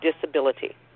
disability